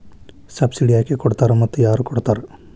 Subsidy ಯಾಕೆ ಕೊಡ್ತಾರ ಮತ್ತು ಯಾರ್ ಕೊಡ್ತಾರ್?